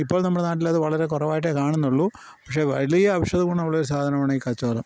ഇപ്പോൾ നമ്മുടെ നാട്ടിലത് വളരെ കുറവായിട്ടെ കാണുന്നുള്ളു പക്ഷേ വലിയ ഔഷധ ഗുണമുള്ള ഒരു സാധനമാണ് ഈ കച്ചോലം